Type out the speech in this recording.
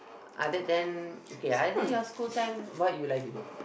other than okay other than your school time what you like to do